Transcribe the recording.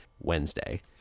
Wednesday